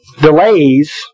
Delays